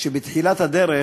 שבתחילת הדרך,